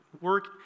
work